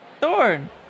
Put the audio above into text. Thorn